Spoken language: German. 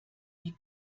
wie